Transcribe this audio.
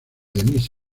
denise